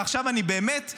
עכשיו אני באמת שואל,